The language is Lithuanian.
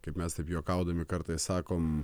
kaip mes taip juokaudami kartais sakom